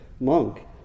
monk